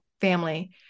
family